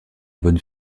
bonne